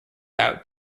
out